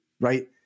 right